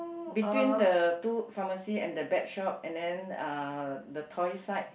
between the two pharmacy and the pet shop and then uh the toy side